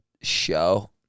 show